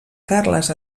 carles